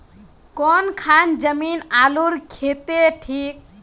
कौन खान जमीन आलूर केते ठिक?